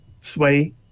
sway